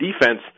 defense